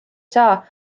saa